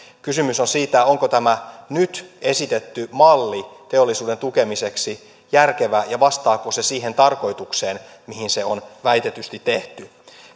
kysymys on siitä onko tämä nyt esitetty malli teollisuuden tukemiseksi järkevä ja vastaako se siihen tarkoitukseen mihin se on väitetysti tehty